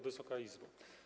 Wysoka Izbo!